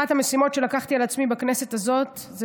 אחת המשימות שלקחתי על עצמי בכנסת הזאת זה